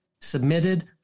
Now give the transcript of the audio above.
submitted